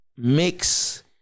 mix